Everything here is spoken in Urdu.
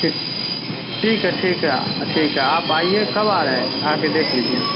ٹھیک ٹھیک ہے ٹھیک ہے ٹھیک ہے آپ آئیے کب آ رہے ہیں آ کے دیکھ لیجیے